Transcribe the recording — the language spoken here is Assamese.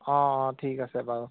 অঁ অঁ ঠিক আছে বাৰু